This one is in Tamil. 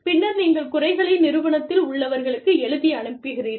பின்னர் நீங்கள் குறைகளை நிறுவனத்தில் உள்ளவர்களுக்கு எழுதி அனுப்புகிறீர்கள்